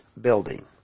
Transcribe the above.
building